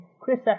Chris